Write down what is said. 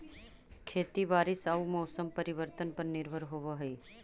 खेती बारिश आऊ मौसम परिवर्तन पर निर्भर होव हई